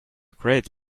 great